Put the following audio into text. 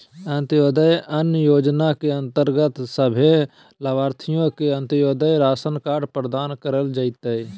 अंत्योदय अन्न योजना के अंतर्गत सभे लाभार्थि के अंत्योदय राशन कार्ड प्रदान कइल जयतै